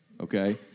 Okay